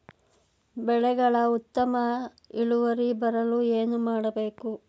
ಬೆಳೆಗಳ ಉತ್ತಮ ಇಳುವರಿ ಬರಲು ಏನು ಮಾಡಬೇಕು?